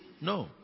No